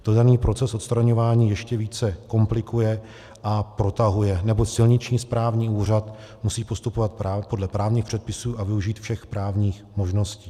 To daný proces odstraňování ještě více komplikuje a protahuje, neboť silniční správní úřad musí postupovat podle právních předpisů a využít všech právních možností.